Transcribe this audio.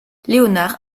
leonard